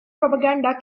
propaganda